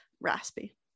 raspy